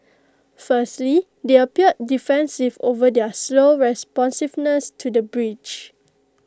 firstly they appeared defensive over their slow responsiveness to the breach